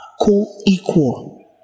co-equal